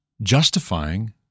justifying